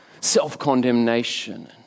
self-condemnation